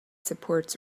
supports